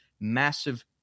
massive